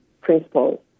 principles